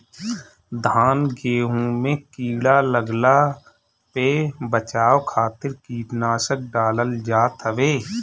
धान गेंहू में कीड़ा लागला पे बचाव खातिर कीटनाशक डालल जात हवे